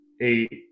eight